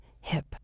hip